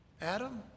Adam